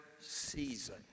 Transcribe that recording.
season